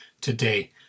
today